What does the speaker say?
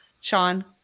Sean